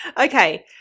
Okay